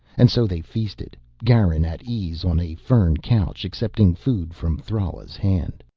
and so they feasted, garin at ease on a fern couch, accepting food from thrala's hand.